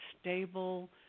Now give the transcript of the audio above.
stable